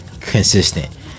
consistent